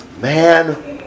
man